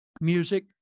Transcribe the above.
music